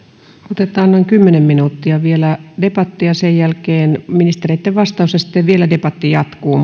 otetaan noin kymmenen minuuttia vielä debattia ja sen jälkeen ministereitten vastaus ja sitten vielä debatti jatkuu